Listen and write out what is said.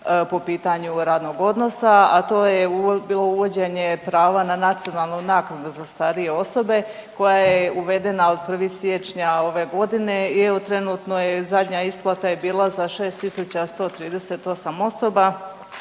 po pitanju radnog odnosa, a to je bilo uvođenje prava na nacionalnu naknadu za starije osobe koja je uvedena od 1. siječnja ove godine i evo trenutno je zadnja isplata je bila za 6.138 osoba